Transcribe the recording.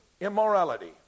immorality